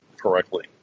Correctly